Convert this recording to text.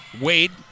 Wade